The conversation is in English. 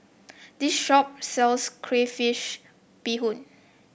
this shop sells Crayfish Beehoon